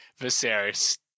Viserys